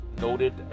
noted